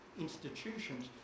institutions